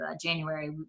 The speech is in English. January